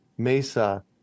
Mesa